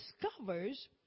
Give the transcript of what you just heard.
discovers